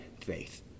faith